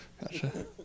Gotcha